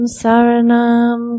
saranam